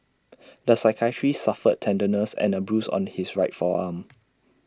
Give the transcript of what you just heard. the psychiatrist suffered tenderness and A bruise on his right forearm